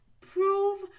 prove